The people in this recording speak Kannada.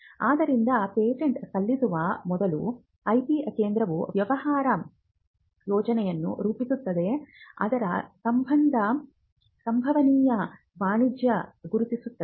ಆದ್ದರಿಂದ ಪೇಟೆಂಟ್ ಸಲ್ಲಿಸುವ ಮೊದಲು IP ಕೇಂದ್ರವು ವ್ಯವಹಾರ ಯೋಜನೆಯನ್ನು ರೂಪಿಸುತ್ತದೆ ಅದರ ಸಂಭವ ಸಂಭವನೀಯ ವಾಣಿಜ್ಯ ಗುರುತಿಸುತ್ತದೆ